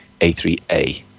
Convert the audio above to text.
A3A